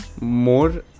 More